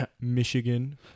Michigan